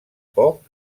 poc